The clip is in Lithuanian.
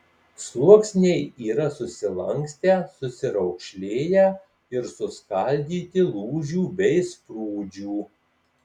sluoksniai yra susilankstę susiraukšlėję ir suskaldyti lūžių bei sprūdžių